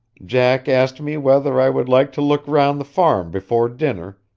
jack asked me whether i would like to look round the farm before dinner,